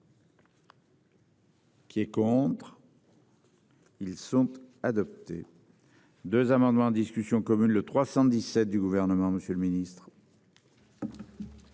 Qui est contre. Ils sont adoptés. 2 amendements en discussion commune le 317 du gouvernement, monsieur le ministre.